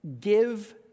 give